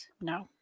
No